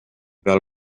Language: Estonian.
peal